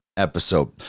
Episode